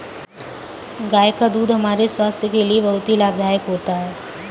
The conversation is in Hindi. गाय का दूध हमारे स्वास्थ्य के लिए बहुत ही लाभदायक होता है